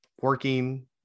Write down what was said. working